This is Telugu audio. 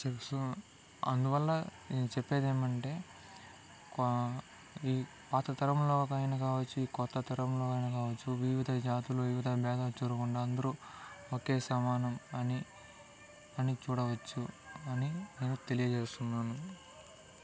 చెప్సు అందువల్ల నేను చెప్పేది ఏమంటే కో ఈ పాత తరంలో అయిన కావచ్చు ఈ కొత్త తరంలో అయిన కావచ్చు వివిధ జాతులు వివిధ బేధాలు చూడకుండా అందరు ఒకే సమానం అని అని చూడవచ్చు అని నేను తెలియజేస్తున్నాను